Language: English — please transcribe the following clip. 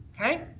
Okay